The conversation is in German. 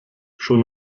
schon